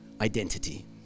identity